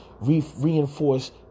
reinforce